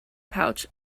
pouch